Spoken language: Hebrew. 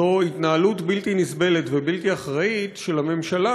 זו התנהלות בלתי נסבלת ובלתי אחראית של הממשלה,